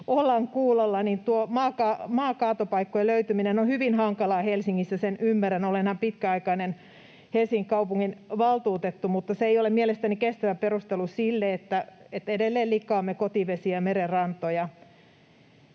Maakaatopaikkojen löytyminen on hyvin hankalaa Helsingissä, sen ymmärrän, olenhan pitkäaikainen Helsingin kaupunginvaltuutettu. Mutta se ei ole mielestäni kestävä perustelu sille, että edelleen likaamme kotivesiä, merenrantoja.